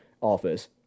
office